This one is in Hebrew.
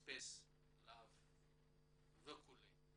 רמון ספייסלאב וכולי.